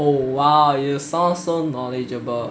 oh !wow! you sound so knowledgeable